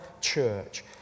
church